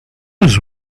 was